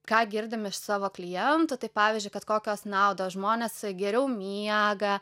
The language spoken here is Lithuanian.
ką girdim iš savo klientų tai pavyzdžiui kad kokios naudos žmonės geriau miega